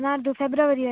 ನಾಡಿದ್ದು ಫೆಬ್ರವರಿಯಲ್ಲಿ